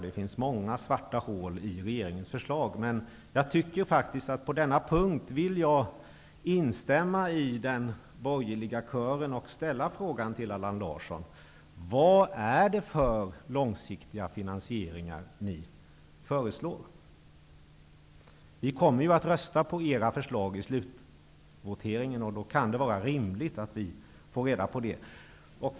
Det finns många svarta hål i regeringens förslag. Men på denna punkt vill jag faktiskt instämma i den borgerliga kören och ställa följande fråga till Allan Larsson: Vilka långsiktiga finansieringar vill ni föreslå? Vi kommer ju att rösta på era förslag i slutvoteringen, och då kan det vara rimligt att vi får reda på det.